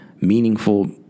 meaningful